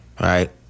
right